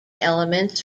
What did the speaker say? elements